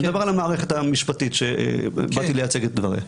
אני מדבר על המערכת המשפטית שבאתי לייצג את דבריה.